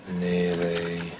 Nearly